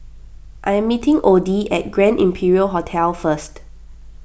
I am meeting Oddie at Grand Imperial Hotel first